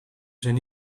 zijn